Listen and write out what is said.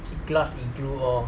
it's a glass igloo hor